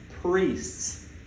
priests